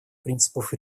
принципов